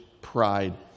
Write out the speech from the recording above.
pride